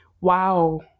wow